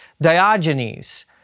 Diogenes